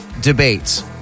debates